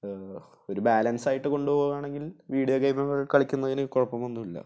ഒരു ബാലൻസ് ആയിട്ട് കൊണ്ട് പോവുകയാണെങ്കിൽ വീഡിയോ ഗെയിമുകൾ കളിക്കുന്നതിന് കുഴപ്പങ്ങളൊന്നുമില്ല